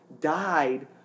died